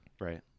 Right